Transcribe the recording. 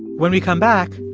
when we come back,